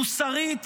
מוסרית,